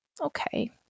okay